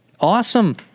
Awesome